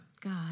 God